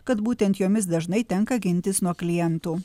kad būtent jomis dažnai tenka gintis nuo klientų